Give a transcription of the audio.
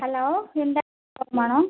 hello Hyundai showroom ആണോ